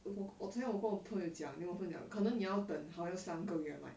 我昨天又跟我朋友讲 then 我朋友讲可能你要等还要三个月 like